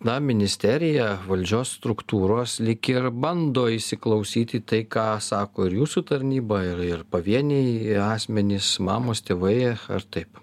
na ministerija valdžios struktūros lyg ir bando įsiklausyt į tai ką sako ir jūsų tarnyba ir ir pavieniai asmenys mamos tėvai ar taip